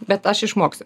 bet aš išmoksiu